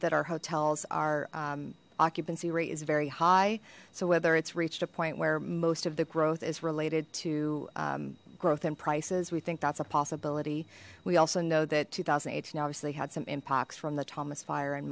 that our hotels our occupancy rate is very high so whether it's reached a point where most of the growth is related to growth in prices we think that's a possibility we also know that two thousand and eighteen obviously had some impacts from the thomas fire and